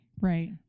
Right